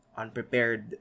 unprepared